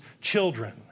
children